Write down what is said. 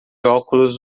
óculos